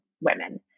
women